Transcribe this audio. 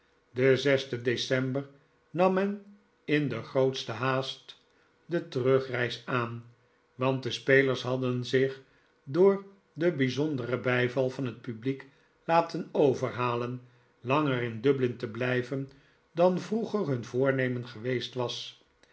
den zesden december nam men in de grootste haast de terugreis aan want de spelers hadden zich door den bijzonderen bijval van het publiek men overhalen langer in dublin te blijven dan vroeger hun voornemen geweest was